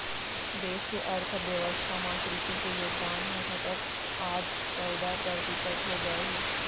देस के अर्थ बेवस्था म कृसि के योगदान ह घटत आज चउदा परतिसत हो गए हे